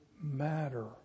matter